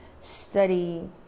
study